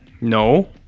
No